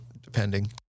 depending